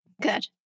Good